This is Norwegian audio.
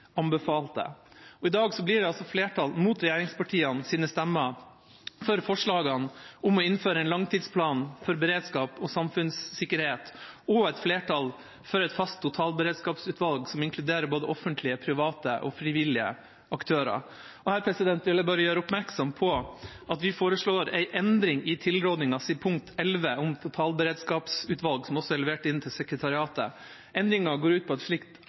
I dag blir det et flertall, mot regjeringspartienes stemmer, for forslagene om å innføre en langtidsplan for beredskap og samfunnssikkerhet og et flertall for et fast totalberedskapsutvalg som inkluderer både offentlige, private og frivillige aktører. Her vil jeg bare gjøre oppmerksom på at vi foreslår en endring i tilrådingens punkt 11, om totalberedskapsutvalg, som også er levert inn til sekretariatet. Endringen går ut på at et slikt